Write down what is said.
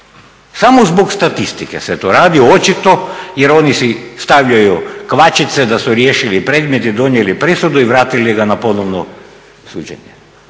Samo zbog statistike se to radi očito jer oni si stavljaju kvačice da su riješili predmet i donijeli presudu i vratili ga na ponovno suđenje.